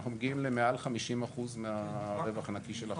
אנחנו מגיעים למעל 50% מהרווח הנקי של החברה.